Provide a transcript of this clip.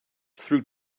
through